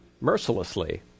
mercilessly